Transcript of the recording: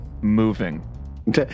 moving